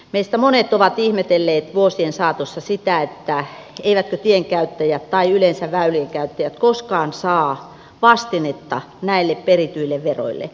niistä monet ovat ihmetelleet vuosien saatossa siitä että eivätkö tienkäyttäjät tai yleensä väylien käyttäjät koskaan saa vastinetta näille perityille veroille